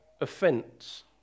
offence